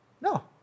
No